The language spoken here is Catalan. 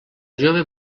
jove